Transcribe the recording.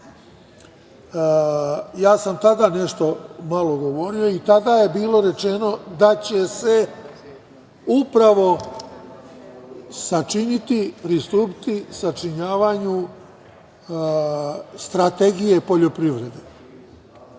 ja sam tada nešto malo govorio i tada je bilo rečeno da će se upravo sačiniti, pristupiti sačinjavanju strategije poljoprivrede